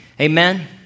Amen